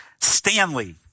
Stanley